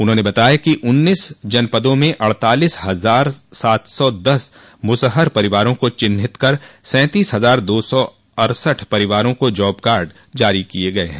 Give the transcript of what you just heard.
उन्होंने बताया कि उन्नीस जनपदों में अड़तालीस हजार सात सौ दस मुसहर परिवारों को चिन्हित कर सैंतीस हजार दो सौ अड़सठ परिवारों को जॉब कार्ड जारी किए गये हैं